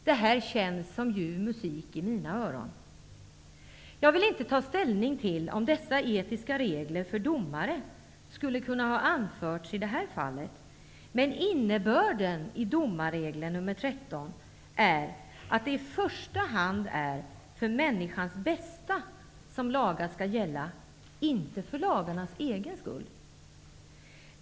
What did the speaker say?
Det här är ljuv musik i mina öron. Jag vill inte ta ställning till om dessa etiska regler för domare skulle ha kunnat anföras i det här fallet. Men innebörden i domarregel nr 13 är att lagar i första hand skall gälla för människans bästa, inte för lagarnas egen skull.